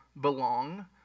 belong